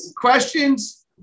questions